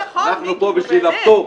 אתה לא יכול, מיקי, באמת.